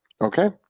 Okay